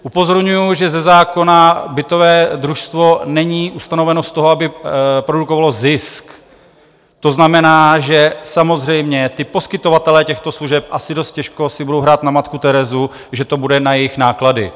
Upozorňuji, že ze zákona bytové družstvo není ustanoveno z toho, aby produkovalo zisk, to znamená, že samozřejmě poskytovatelé těchto služeb asi dost těžko si budou hrát na Matku Terezu, že to bude na jejich náklady.